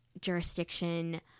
jurisdiction